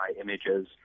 images